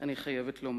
אני חייבת לומר.